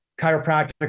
chiropractic